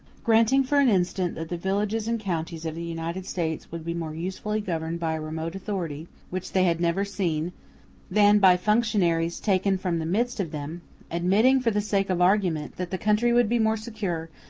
granting for an instant that the villages and counties of the united states would be more usefully governed by a remote authority which they had never seen than by functionaries taken from the midst of them admitting, for the sake of argument, that the country would be more secure,